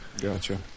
Gotcha